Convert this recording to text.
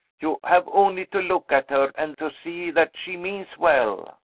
you have only to look at her, and to see that she means well.